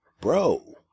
bro